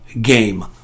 game